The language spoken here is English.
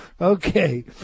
Okay